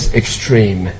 extreme